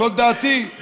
זאת דעתי.